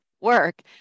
work